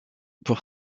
pour